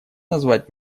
назвать